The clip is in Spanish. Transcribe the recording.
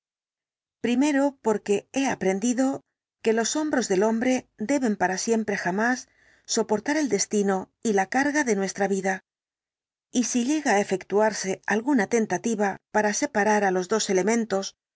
primero porque he aprendido que los hombros del hombre deben para siempre jamás soportar el destino y la carga de nuestra vida y si llega á efectuarse alguna tentativa para separar á los dos elementos